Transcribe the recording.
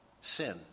Sin